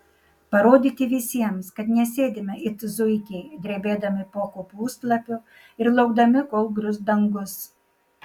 parodyti visiems kad nesėdime it zuikiai drebėdami po kopūstlapiu ir laukdami kol grius dangus